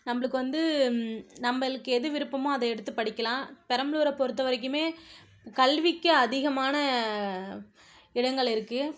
நம்மளுக்கு வந்து நம்மளுக்கு எது விருப்பமோ அதை எடுத்து படிக்கலாம் பெரம்பலூர பொறுத்தவரைக்குமே கல்விக்கு அதிகமான இடங்கள் இருக்குது